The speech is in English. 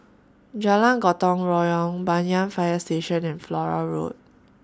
Jalan Gotong Royong Banyan Fire Station and Flora Road